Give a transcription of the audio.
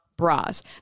bras